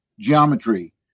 geometry